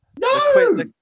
No